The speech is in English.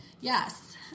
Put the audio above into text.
Yes